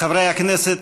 חברי הכנסת,